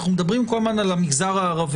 אנחנו מדברים כל הזמן על המגזר הערבי.